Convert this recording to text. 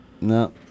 No